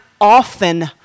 often